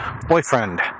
boyfriend